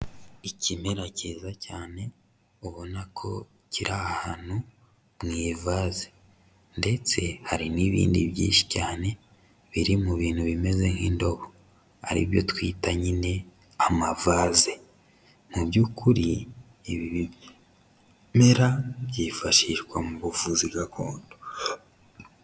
Ikimera cyiza cyane ubona ko kiri ahantu mu ivaze ndetse hari n'ibindi byinshi cyane biri mu bintu bimeze nk'indobo ari byo twita nyine amavaze, mu by'ukuri ibi bimera byifashishwa mu buvuzi gakondo.